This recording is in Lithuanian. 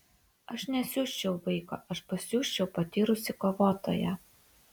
aš nesiųsčiau vaiko o pasiųsčiau patyrusį kovotoją